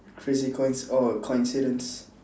crazy coinc~ oh coincidence